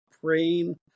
praying